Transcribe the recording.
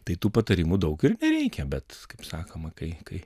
tai tų patarimų daug ir nereikia bet kaip sakoma kai kai